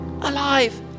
alive